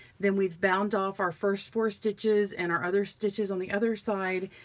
then we've bound off our first four stitches and our other stitches on the other side.